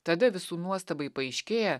tada visų nuostabai paaiškėja